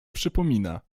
przypomina